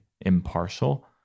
impartial